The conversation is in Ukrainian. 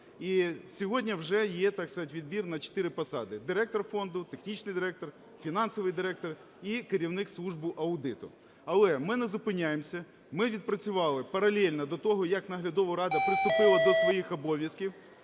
І сьогодні вже є, так сказати, відбір на чотири посади: директор Фонду, технічний директор, фінансовий директор і керівник служби аудиту. Але ми не зупиняємося, ми відпрацювали паралельно до того, як Наглядова рада приступила до своїх обов'язків,